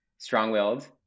Strong-willed